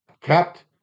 kept